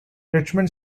richmond